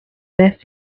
best